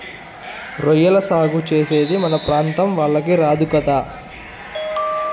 రొయ్యల సాగు చేసేది మన ప్రాంతం వాళ్లకి రాదు కదా